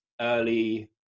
early